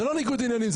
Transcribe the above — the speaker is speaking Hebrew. זה לא ניגוד עניינים,